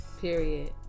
Period